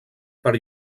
per